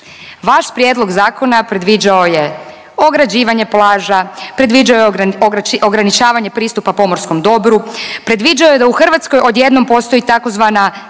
Vaš prijedlog zakona predviđao je ograđivanje plaža, predviđao je ograničavanje pristupa pomorskom dobru, predviđao je da u Hrvatskoj odjednom postoji tzv.